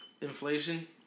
inflation